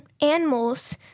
animals